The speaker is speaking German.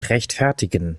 rechtfertigen